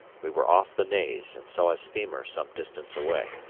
we were off the naze and saw a steamer some distance away.